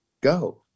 go